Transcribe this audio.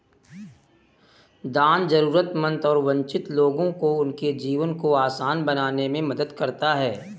दान जरूरतमंद और वंचित लोगों को उनके जीवन को आसान बनाने में मदद करता हैं